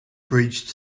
bridge